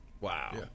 Wow